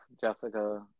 Jessica